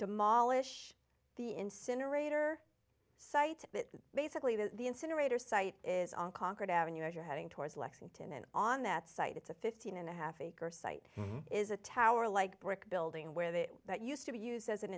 demolish the incinerator site that basically that the incinerator site is on conquered avenue if you're heading towards lexington and on that site it's a fifteen and a half acre site is a tower like brick building where they used to be used as an